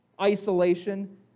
isolation